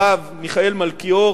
הרב מיכאל מלכיאור,